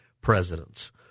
presidents